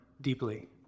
deeply